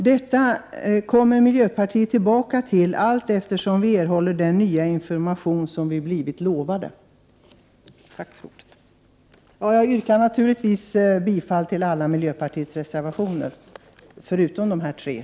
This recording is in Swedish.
Detta kommer miljöpartiet tillbaka till, allteftersom vi erhåller den nya information som vi blivit lovade. Jag yrkar naturligtvis bifall till alla miljöpartiets reservationer, inte bara de tre som jag nämnde i början.